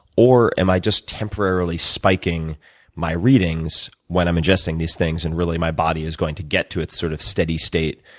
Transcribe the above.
or am i just temporarily spiking my readings when i'm ingesting these things, and really my body is going to get to its sort of steady state,